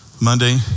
Monday